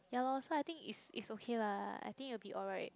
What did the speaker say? ya lor so I think it's it's okay lah I think it will be alright